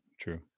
true